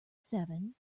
seven